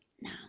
now